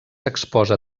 exposa